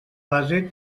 base